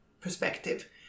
perspective